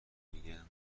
میگه